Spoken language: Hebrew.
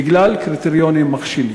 בגלל קריטריונים מכשילים.